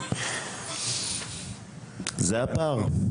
זה הפער.